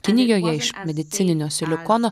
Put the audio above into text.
kinijoje iš medicininio silikono